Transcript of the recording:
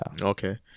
okay